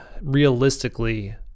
realistically